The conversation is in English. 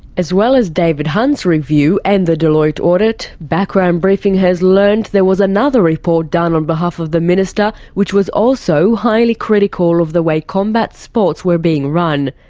as well as david hunt's review, and the deloitte audit, background briefing has learned there was another report done on behalf of the minister which was also highly critical of the way combat sports were being run.